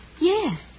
Yes